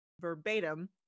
verbatim